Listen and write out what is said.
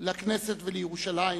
לכנסת ולירושלים.